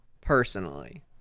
personally